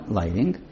lighting